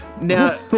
Now